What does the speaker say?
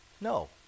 no